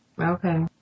Okay